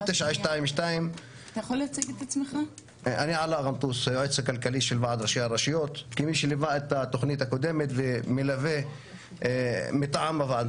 922. כמי שליווה את התוכנית הקודמת ומלווה מטעם הוועד,